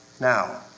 Now